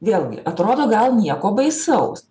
vėlgi atrodo gal nieko baisaus